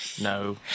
no